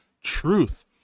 truth